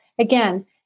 Again